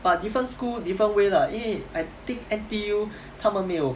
but different school different way lah 因为 I think N_T_U 他们没有